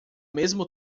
mesmo